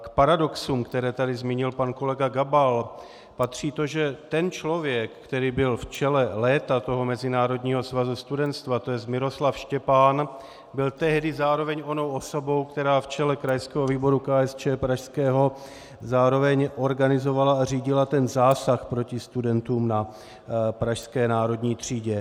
K paradoxům, které tady zmínil pan kolega Gabal, patří to, že ten člověk, který byl léta v čele Mezinárodního svazu studenstva, tj. Miroslav Štěpán, byl tehdy zároveň onou osobou, která v čele krajského výboru KSČ pražského zároveň organizovala a řídila ten zásah proti studentům na pražské Národní třídě.